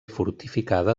fortificada